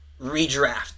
redraft